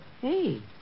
Hey